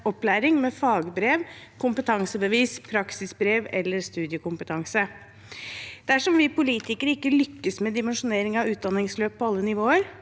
opplæring med fagbrev, kompetansebevis, praksisbrev eller studiekompetanse. Dersom vi politikere ikke lykkes med dimensjonering av utdanningsløp på alle nivåer,